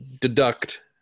deduct